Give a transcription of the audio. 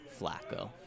Flacco